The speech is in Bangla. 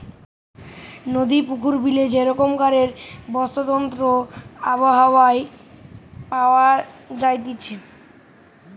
নদী, পুকুরে, বিলে যে রকমকারের বাস্তুতন্ত্র আবহাওয়া পাওয়া যাইতেছে